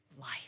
life